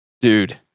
dude